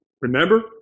Remember